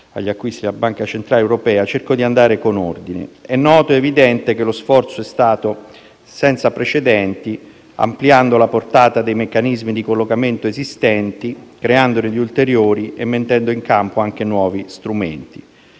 agli acquisti della Banca centrale europea), cerco di andare con ordine. È noto ed evidente che lo sforzo è stato senza precedenti, ampliando la portata dei meccanismi di collocamento esistenti, creandone di ulteriori e mettendo in campo anche nuovi strumenti.